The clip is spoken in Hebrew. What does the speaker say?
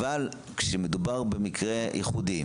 אבל כשמדובר במקרים ייחודיים,